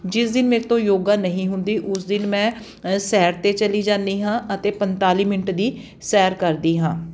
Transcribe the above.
ਜਿਸ ਦਿਨ ਮੇਰੇ ਤੋਂ ਯੋਗਾ ਨਹੀਂ ਹੁੰਦੀ ਉਸ ਦਿਨ ਮੈਂ ਸੈਰ 'ਤੇ ਚਲੀ ਜਾਂਦੀ ਹਾਂ ਅਤੇ ਪੰਤਾਲੀ ਮਿੰਟ ਦੀ ਸੈਰ ਕਰਦੀ ਹਾਂ